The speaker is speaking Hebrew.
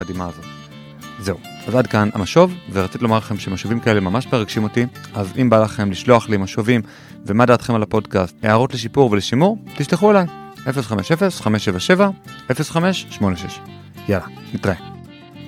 זהו, אז עד כאן המשוב ורציתי לומר לכם שמשובים כאלה ממש ברגשים אותי אז אם בא לכם לשלוח לי משובים ומה דעתכם על הפודקאסט הערות לשיפור ולשימור תשלחו אלי 050-577-0586 יאללה, נתראה